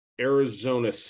arizona